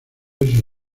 verse